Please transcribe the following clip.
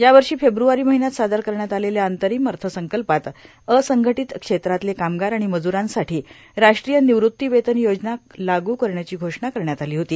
या वर्षा फेब्र्वार्रा र्माहन्यात सादर करण्यात आलेल्या अंर्तारम अथसंकल्पात असंघटांत क्षेत्रातले कामगार आर्गाण मज्रांसाठो राष्ट्रीय र्नवृत्ती वेतन योजना लागू करण्याची घोषणा करण्यात आलां होती